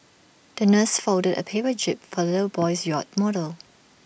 the nurse folded A paper jib for little boy's yacht model